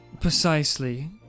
precisely